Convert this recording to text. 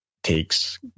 takes